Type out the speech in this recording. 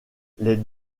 les